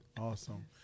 awesome